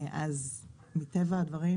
נעמי פרנק ז"ל, אז מטבע הדברים